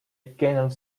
cannot